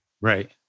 Right